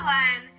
one